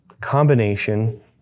combination